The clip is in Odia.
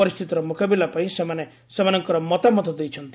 ପରିସ୍ଥିତିର ମ୍ରକାବିଲା ପାଇଁ ସେମାନେ ସେମାନଙ୍କର ମତାମତ ଦେଇଛନ୍ତି